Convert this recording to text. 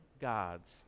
gods